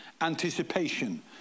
anticipation